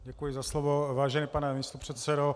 Děkuji za slovo, vážený pane místopředsedo.